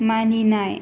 मानिनाय